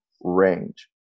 range